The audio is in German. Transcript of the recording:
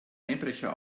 einbrecher